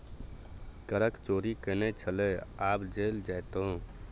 करक चोरि केने छलय आब जेल जेताह